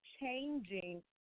changing